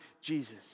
Jesus